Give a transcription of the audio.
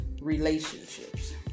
relationships